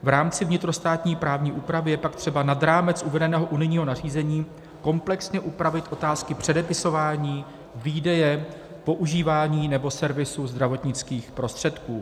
V rámci vnitrostátní právní úpravy je pak třeba nad rámec uvedeného unijního nařízení komplexně upravit otázky předepisování, výdeje, používání nebo servisu zdravotnických prostředků.